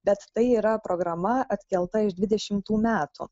bet tai yra programa atkelta iš dvidešimtų metų